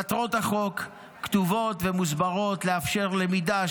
מטרות החוק כתובות ומוסברות: לאפשר למידה,